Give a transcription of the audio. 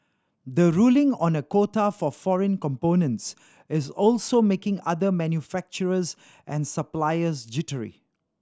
the ruling on a quota for foreign components is also making other manufacturers and suppliers jittery